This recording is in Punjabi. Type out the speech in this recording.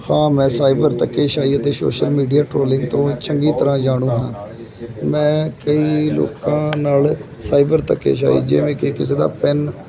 ਹਾਂ ਮੈਂ ਸਾਈਬਰ ਧੱਕੇਸ਼ਾਹੀ ਅਤੇ ਸੋਸ਼ਲ ਮੀਡੀਆ ਟਰੋਲਿੰਗ ਤੋਂ ਚੰਗੀ ਤਰ੍ਹਾ ਜਾਣੂ ਹਾਂ ਮੈਂ ਕਈ ਲੋਕਾਂ ਨਾਲ ਸਾਈਬਰ ਧੱਕੇਸ਼ਾਹੀ ਜਿਵੇਂ ਕਿ ਕਿਸੇ ਦਾ ਪਿਨ